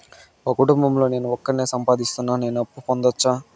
మా కుటుంబం లో నేను ఒకడినే సంపాదిస్తున్నా నేను అప్పు పొందొచ్చా